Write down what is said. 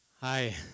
Hi